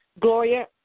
Gloria